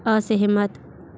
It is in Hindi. असहमत